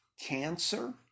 cancer